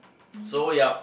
so yup